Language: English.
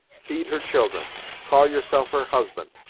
feed her children call yourself her husband.